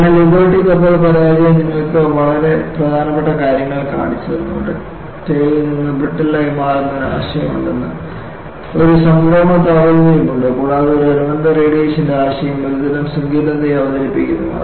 അതിനാൽ ലിബർട്ടി കപ്പൽ പരാജയം നിങ്ങൾക്ക് വളരെ പ്രധാനപ്പെട്ട കാര്യങ്ങൾ കാണിച്ചുതന്നു ഡക്റ്റൈലിൽ നിന്ന് ബ്രിട്ടിൽ ആയി മാറുന്ന ഒരു ആശയം ഉണ്ടെന്ന് ഒരു സംക്രമണ താപനില ഉണ്ട് കൂടാതെ ഒരു അനുബന്ധ റേഡിയേഷൻറെ ആശയം ഒരുതരം സങ്കീർണതയെ അവതരിപ്പിക്കുന്നു